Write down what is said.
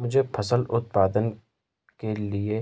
मुझे फसल उत्पादन के लिए